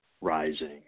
rising